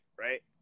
right